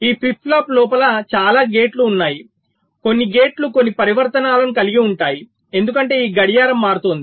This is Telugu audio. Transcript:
ఈ ఫ్లిప్ ఫ్లాప్ లోపల చాలా గేట్లు ఉన్నాయి కొన్ని గేట్లు కొన్ని పరివర్తనాలను కలిగి ఉంటాయి ఎందుకంటే ఈ గడియారం మారుతోంది